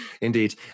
Indeed